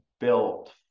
built